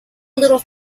little